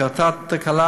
קרתה תקלה,